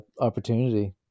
opportunity